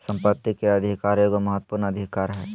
संपत्ति के अधिकार एगो महत्वपूर्ण अधिकार हइ